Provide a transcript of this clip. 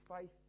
faith